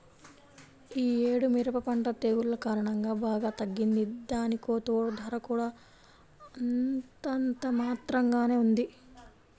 యీ యేడు మిరప పంట తెగుల్ల కారణంగా బాగా తగ్గింది, దానికితోడూ ధర కూడా అంతంత మాత్రంగానే ఉంది